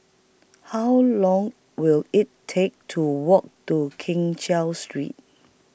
How Long Will IT Take to Walk to Keng Cheow Street